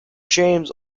james